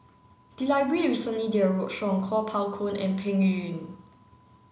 the library recently did a roadshow on Kuo Pao Kun and Peng Yuyun